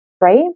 right